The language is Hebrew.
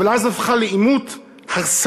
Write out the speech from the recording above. אבל אז הפכה לעימות הרסני,